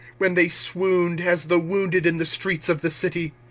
when they swooned as the wounded in the streets of the city,